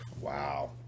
Wow